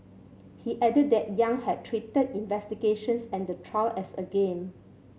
he added that Yang had treated investigations and the trial as a game